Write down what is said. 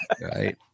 Right